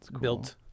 built